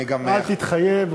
אני גם, אל תתחייב.